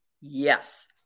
Yes